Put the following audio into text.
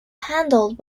handled